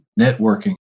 Networking